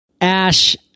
Ash